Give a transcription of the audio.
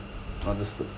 understood